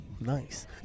Nice